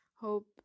hope